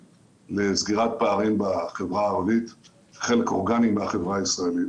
לסגירת פערים בחברה הערבית שהיא חלק אורגני מהחברה הישראלית,